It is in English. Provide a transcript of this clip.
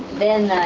then